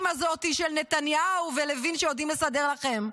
הזאת של נתניהו ולוין' שיודעים לסדר לכם.